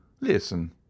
Listen